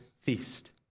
feast